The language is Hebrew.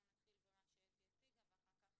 אנחנו נתחיל במה שאתי הציגה ואחר כך